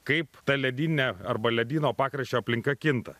kaip ta ledyninė arba ledyno pakraščio aplinka kinta